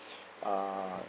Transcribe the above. uh